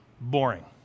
boring